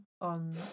on